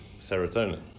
serotonin